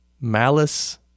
malice